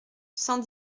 cent